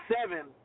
seven